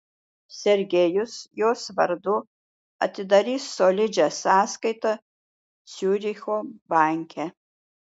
sergejus jos vardu atidarys solidžią sąskaitą ciuricho banke